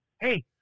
hey